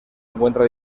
encuentra